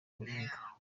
baringa